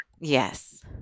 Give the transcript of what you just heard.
yes